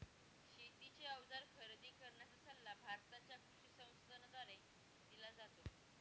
शेतीचे अवजार खरेदी करण्याचा सल्ला भारताच्या कृषी संसाधनाद्वारे दिला जातो